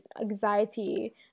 anxiety